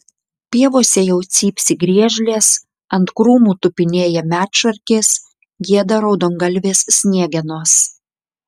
pievose jau cypsi griežlės ant krūmų tupinėja medšarkės gieda raudongalvės sniegenos